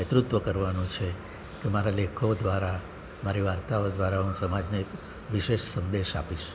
નેતૃત્વ કરવાનું છે કે મારા લેખો દ્વારા મારી વાર્તાઓ દ્વારા હું સમાજને એક વિશેષ સંદેશ આપીશ